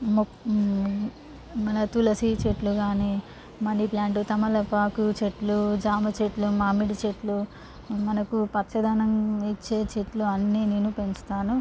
మో మన తులసి చెట్లు కాని మనీ ప్లాంట్ తమలపాకు చెట్లు జామ చెట్లు మామిడి చెట్లు మనకు పచ్చదనం ఇచ్చే చెట్లు అన్నీ నేను పెంచుతాను